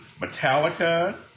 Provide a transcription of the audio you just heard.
Metallica